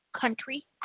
country